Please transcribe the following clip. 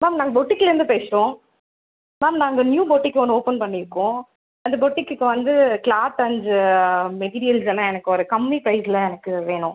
ma'am நாங்கள் பொட்டிக்லேருந்து பேசுகிறோம் மேம் நாங்கள் நியூ பொட்டிக் ஒன்று ஓப்பன் பண்ணியிருக்கோம் அந்த பொட்டிக்குக்கு வந்து கிளாத் அண்ட்ஸ் மெட்டீரியல்ஸ் எல்லாம் எனக்கு ஒரு கம்மி பிரைஸில் எனக்கு வேணும்